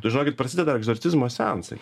tai žinokit prasideda egzorcizmo seansai